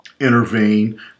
intervene